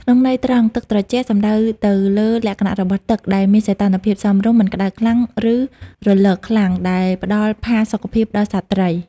តាមន័យត្រង់ ទឹកត្រជាក់ សំដៅទៅលើលក្ខណៈរបស់ទឹកដែលមានសីតុណ្ហភាពសមរម្យ មិនក្ដៅខ្លាំង ឬរលកខ្លាំង ដែលផ្ដល់ផាសុកភាពដល់សត្វត្រី។